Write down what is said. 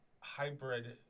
hybrid